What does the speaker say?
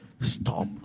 stop